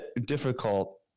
difficult